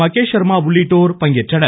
மகேஷ் ஷர்மா உள்ளிட்டோர் பங்கேற்றனர்